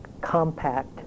compact